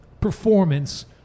performance